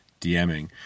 DMing